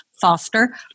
Foster